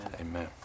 Amen